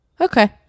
okay